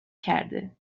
کرده